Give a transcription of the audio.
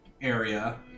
area